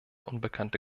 unbekannte